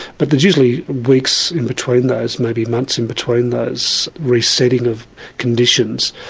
but there's usually weeks in between those, maybe months in between those re-setting of conditions,